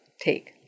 take